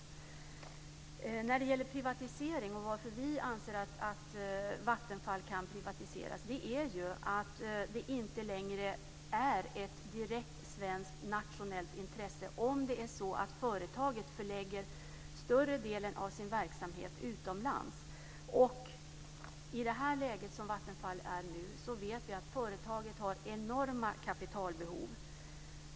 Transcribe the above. Anledningen till att vi anser att Vattenfall kan privatiseras är att det inte längre är ett direkt svenskt nationellt intresse om det är så att företaget förlägger större delen av sin verksamhet utomlands. I det läge som Vattenfall nu är i vet vi att företaget har enorma kapitalbehov.